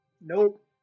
nope